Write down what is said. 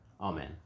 Amen